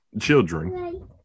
children